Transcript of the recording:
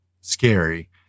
scary